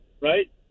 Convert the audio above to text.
right